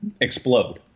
explode